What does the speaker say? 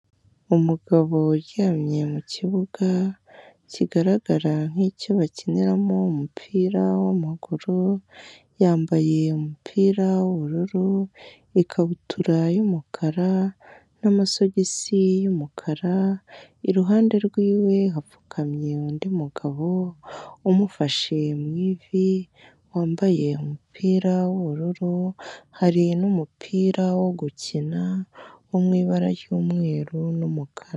Umugabo uryamye mu kibuga, kigaragara nk'icyo bakiniramo umupira w'amaguru, yambaye umupira w'ubururu, ikabutura y'umukara n'amasogisi y'umukara, iruhande rw'iwe hapfukamye undi mugabo, umufashe mu ivi, wambaye umupira w'ubururu, hari n'umupira wo gukina, wo mu ibara ry'umweru n'umukara.